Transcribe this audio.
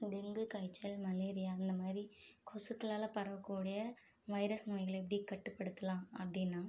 dengue காய்ச்சல் malaria இந்தமாதிரி கொசுக்களால் பரவக் கூடிய வைரஸ் நோய்களை எப்படி கட்டுப்படுத்தலாம் அப்படினா